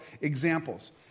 examples